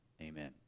Amen